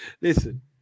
listen